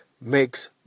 makes